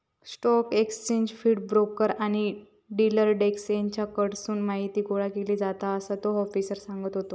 stock exchange feed, broker आणि dealer desk हेच्याकडसून माहीती गोळा केली जाता, असा तो आफिसर सांगत होतो